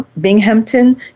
Binghamton